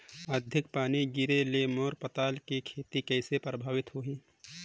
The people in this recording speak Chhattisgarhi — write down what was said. अधिक पानी गिरे ले मोर पताल के खेती कइसे प्रभावित होही?